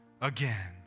again